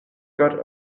got